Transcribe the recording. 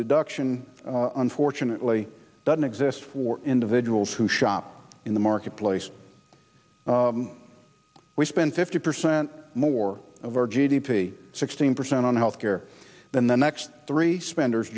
deduction unfortunately doesn't exist for individuals who shop in the marketplace we spend fifty percent more of our g d p sixteen percent on health care than the next three spenders